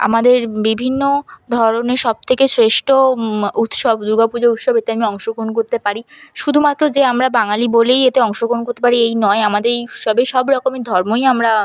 আমাদের বিভিন্ন ধরনের সব থেকে শ্রেষ্ঠ উৎসব দুর্গা পুজো উৎসবেতে আমি অংশগ্রহণ করতে পারি শুধুমাত্র যে আমরা বাঙালি বলেই এতে অংশগ্রহণ করতে পারি এই নয় আমাদের এই উৎসবে সব রকমের ধর্মই আমরা